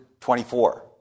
24